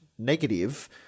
negative